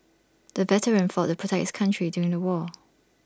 the veteran fought the protect his country during the war